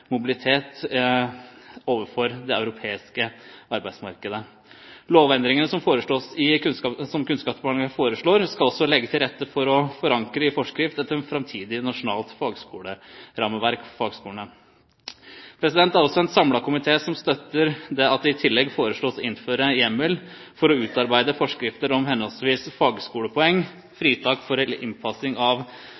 mobilitet overfor det europeiske arbeidsmarkedet. Lovendringene som Kunnskapsdepartementet foreslår, skal også legge til rette for å forankre i forskrift et framtidig nasjonalt kvalifikasjonsrammeverk for fagskoleutdanningene. Det er også en samlet komité som støtter at det i tillegg foreslås å innføre hjemmel for å utarbeide forskrifter om henholdsvis fagskolepoeng,